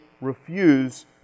refuse